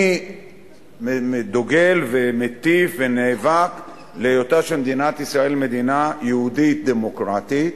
אני דוגל ומטיף ונאבק להיותה של מדינת ישראל מדינה יהודית דמוקרטית,